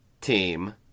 team